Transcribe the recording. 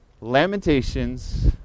lamentations